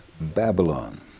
Babylon